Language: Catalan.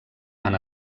han